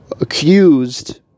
accused